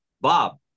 Bob